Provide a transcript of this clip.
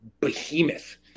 Behemoth